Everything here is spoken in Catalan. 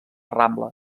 rambla